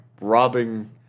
robbing